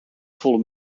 volle